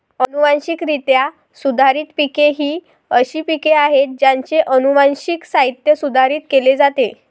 अनुवांशिकरित्या सुधारित पिके ही अशी पिके आहेत ज्यांचे अनुवांशिक साहित्य सुधारित केले जाते